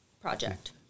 project